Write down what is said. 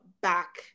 back